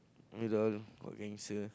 it's all about cancer